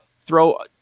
throw –